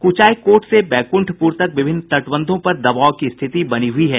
कुचायकोट से बैकुंठपुर तक विभिन्न तटबंधों पर दबाव की स्थिति बनी हुयी है